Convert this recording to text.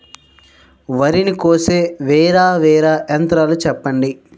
వరి ని కోసే వేరా వేరా యంత్రాలు చెప్పండి?